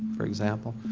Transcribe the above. for example,